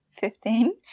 fifteen